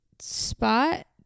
spot